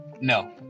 No